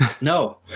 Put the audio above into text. No